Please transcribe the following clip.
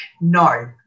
no